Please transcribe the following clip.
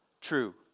True